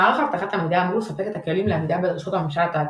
מערך אבטחת המידע אמור לספק את הכלים לעמידה בדרישות הממשל התאגידי,